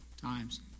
times